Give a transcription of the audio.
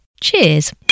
Cheers